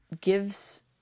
gives